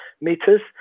meters